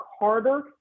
harder